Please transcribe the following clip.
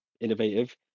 innovative